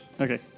Okay